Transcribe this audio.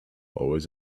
always